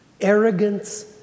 arrogance